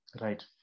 right